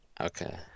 Okay